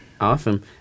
Awesome